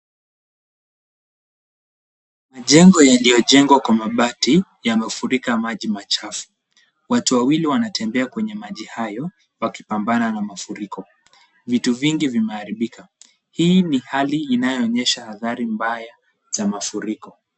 Mijengo yaliyojengwa kwa mabati yamefurika maji machafu. Watu wawili wanatembea kwenye maji hayo wakipambana na mafuriko. Vitu vingi vimeharibika. Hii ni hali inayoonyesha athari mbaya za mafuriko.